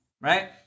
right